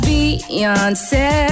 Beyonce